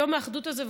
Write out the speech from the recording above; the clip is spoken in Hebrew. יום האחדות הזה,